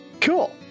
Cool